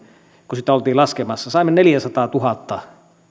kun sitä oltiin laskemassa neljällesadalletuhannelle